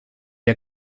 wir